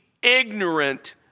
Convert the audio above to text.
Ignorant